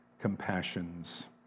compassions